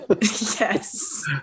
Yes